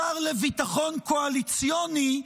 השר לביטחון קואליציוני,